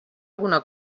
alguna